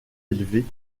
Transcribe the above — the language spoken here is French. élevée